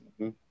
-hmm